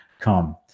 come